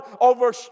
over